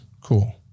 Cool